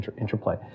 interplay